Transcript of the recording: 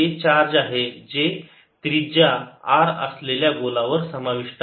तर ते हे चार्ज आहे जे त्रिजा r असलेल्या गोलावर समाविष्ट आहे